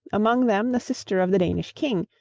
among them the sister of the danish king,